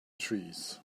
trees